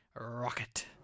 Rocket